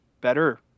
better